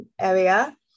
area